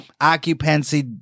occupancy